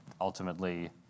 ultimately